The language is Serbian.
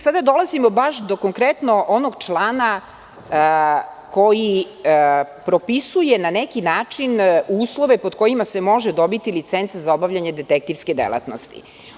Sada dolazimo baš do konkretno onog člana koji propisuje na neki način uslove pod kojima se može dobiti licenca za obavljanje detektivske delatnosti.